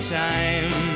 time